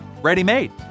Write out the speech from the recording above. ready-made